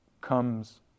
comes